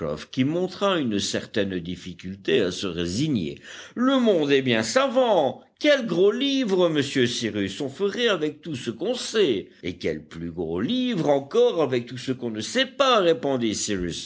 qui montra une certaine difficulté à se résigner le monde est bien savant quel gros livre monsieur cyrus on ferait avec tout ce qu'on sait et quel plus gros livre encore avec tout ce qu'on ne sait pas répondit